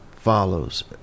follows